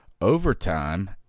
overtime